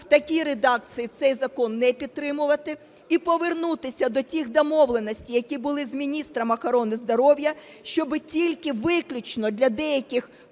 в такій редакції цей закон не підтримувати і повернутися до тих домовленостей, які були з міністром охорони здоров'я, щоби тільки виключно для деяких